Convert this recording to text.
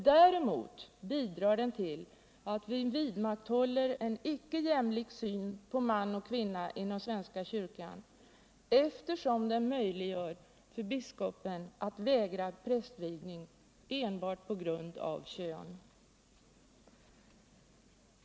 Däremot bidrar den ull att vi vidmakthåller en icke jämlik syn på man och kvinna inom svenska kyrkan, eftersom den möjliggör för biskopen att vägra prästvigning på grund av kön.